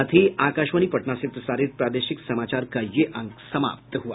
इसके साथ ही आकाशवाणी पटना से प्रसारित प्रादेशिक समाचार का ये अंक समाप्त हुआ